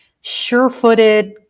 sure-footed